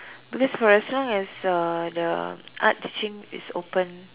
because for as long as uh the art teaching is open